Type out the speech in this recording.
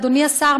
אדוני השר,